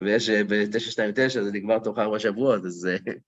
ויש בתשע שתיים ותשע, זה נגמר תוך ארבע שבועות, אז...